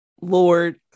Lord